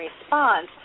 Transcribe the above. response